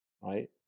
right